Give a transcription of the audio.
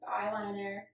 eyeliner